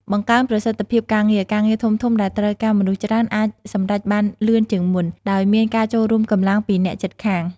បង្កើនប្រសិទ្ធភាពការងារ ការងារធំៗដែលត្រូវការមនុស្សច្រើនអាចសម្រេចបានលឿនជាងមុន ដោយមានការចូលរួមកម្លាំងពីអ្នកជិតខាង។